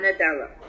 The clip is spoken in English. Nadella